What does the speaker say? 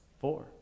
Four